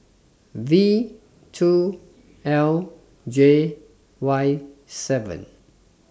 Vtwo LJYseven